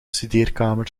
studeerkamer